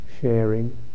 sharing